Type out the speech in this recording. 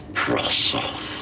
precious